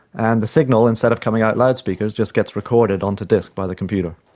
and the signal, instead of coming out loud speakers, just gets recorded onto disk by the computer.